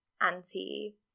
anti